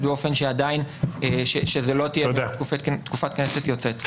באופן שזו לא תהיה תקופת כנסת יוצאת.